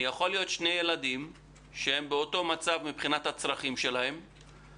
להיות שיהיו שני ילדים שהצרכים שלהם דומים,